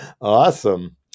Awesome